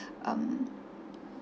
um